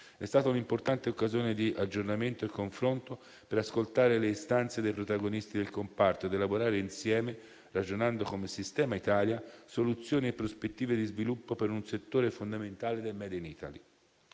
È stata un'importante occasione di aggiornamento e di confronto per ascoltare le istanze dei protagonisti del comparto ed elaborare insieme, ragionando come sistema Italia, soluzioni e prospettive di sviluppo per un settore fondamentale del *made in Italy*.